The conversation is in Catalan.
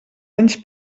anys